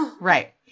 Right